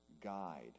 guide